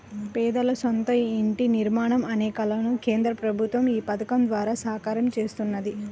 పేదల సొంత ఇంటి నిర్మాణం అనే కలను కేంద్ర ప్రభుత్వం ఈ పథకం ద్వారా సాకారం చేస్తున్నది